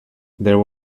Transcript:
there